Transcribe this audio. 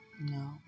No